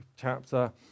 chapter